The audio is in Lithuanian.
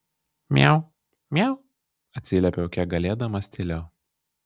miau miau atsiliepiau kiek galėdamas tyliau